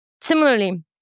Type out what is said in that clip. Similarly